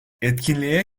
etkinliğe